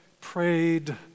prayed